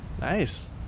Nice